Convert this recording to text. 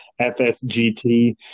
FSGT